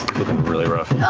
really rough.